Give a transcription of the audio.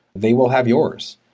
they will have yours.